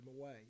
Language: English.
away